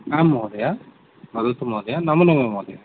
आं महोदये वदतु महोदये नमो नमो महोदये